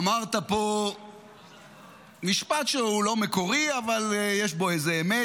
אמרת פה משפט שהוא לא מקורי, אבל יש בו איזה אמת.